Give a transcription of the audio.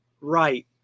right